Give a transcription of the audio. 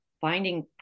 finding